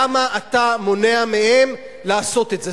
למה אתה מונע מהם לעשות את זה?